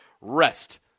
rest